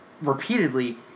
repeatedly